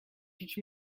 teach